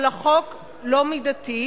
אבל החוק לא מידתי,